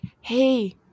hey